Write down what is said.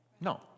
No